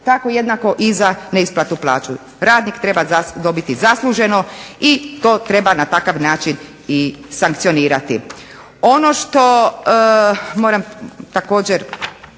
Tako jednako i za neisplatu plaća. Radnik treba dobiti zasluženo i to treba na takav način i sankcionirati.